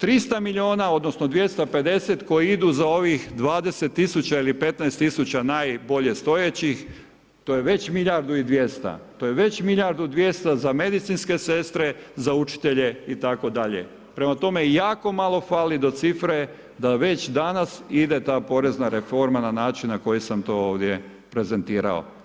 300 miliona odnosno 250 koji idu za ovih 20 tisuća ili 15 tisuća najbolje stojećih, to je već milijardu i 200-ta, to je već milijardu i 200-ta za medicinske sestre, za učitelje i tako dalje, prema tome jako malo fali do cifre da već danas ide ta porezna reforma na način na koji sam to ovdje prezentirao.